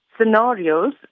scenarios